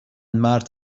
مرد